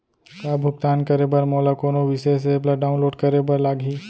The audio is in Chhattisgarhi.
का भुगतान करे बर मोला कोनो विशेष एप ला डाऊनलोड करे बर लागही